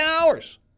hours